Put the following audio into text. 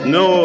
no